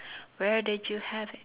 where did you have it